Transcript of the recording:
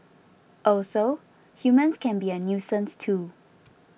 also humans can be a nuisance too